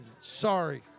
Sorry